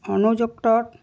অনুযুক্তত